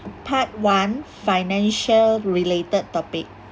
part one financial related topic